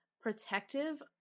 protective